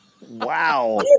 Wow